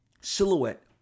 silhouette